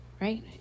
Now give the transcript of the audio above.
right